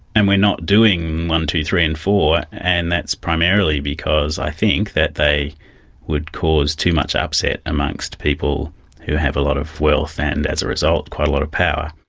and we are not doing one, two, three and four and that's primarily because i think that they would cause too much upset amongst people who have a lot of wealth and as a result quite a lot of power.